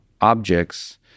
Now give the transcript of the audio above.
objects